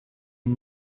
amb